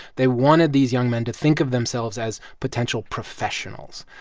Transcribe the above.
they wanted these young men to think of themselves as potential professionals.